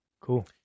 Cool